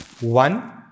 One